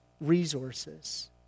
resources